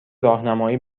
راهنمایی